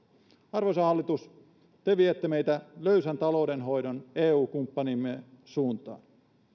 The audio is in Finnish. arvoisa hallitus te viette meitä löysän taloudenhoidon eu kumppanimme suuntaan